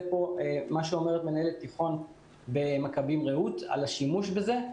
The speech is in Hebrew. זה מה שאומרת מנהלת תיכון ממכבים-רעות על השימוש בזה.